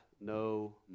no